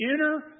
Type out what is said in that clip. inner